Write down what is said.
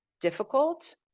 difficult